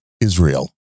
Israel